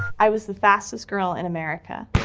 i was the fastest girl in america.